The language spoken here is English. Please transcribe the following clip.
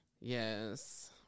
Yes